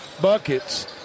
buckets